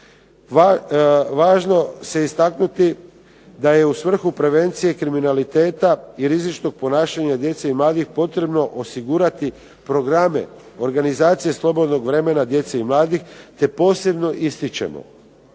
Važno je istaknuti da je u svrhu prevencije kriminaliteta i rizičnog ponašanja djece i mladih potrebno osigurati programe, organizacije slobodnog vremena djece i mladih te posebno ističemo